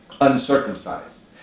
uncircumcised